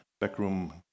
backroom